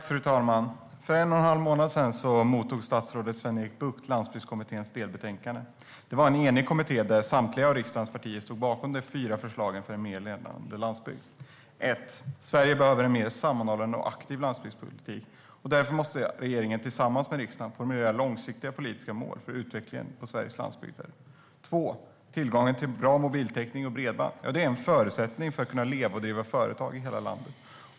Fru talman! För en och en halv månad sedan mottog statsrådet Sven-Erik Bucht Landsbygdskommitténs delbetänkande. Det var en enig kommitté, där samtliga av riksdagens partier stod bakom de fyra förslagen för en mer levande landsbygd. För det första handlar det om att Sverige behöver en mer sammanhållen och aktiv landsbygdspolitik. Därför måste regeringen tillsammans med riksdagen formulera långsiktiga politiska mål för utvecklingen på Sveriges landsbygd. För det andra handlar det om tillgång till bra mobiltäckning och bredband. Ja, det är en förutsättning för att man ska kunna leva och driva företag i hela landet.